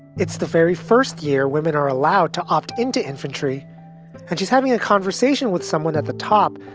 it's the very first year women are allowed to opt into infantry and she's having a conversation with someone at the top,